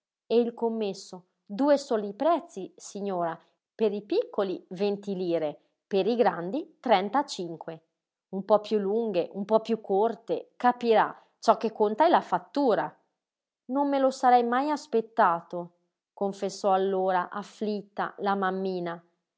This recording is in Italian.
e il commesso due soli prezzi signora per i piccoli venti lire per i grandi trentacinque un po piú lunghe un po piú corte capirà ciò che conta è la fattura non me lo sarei mai aspettato confessò allora afflitta la mammina